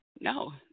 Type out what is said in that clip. no